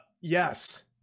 yes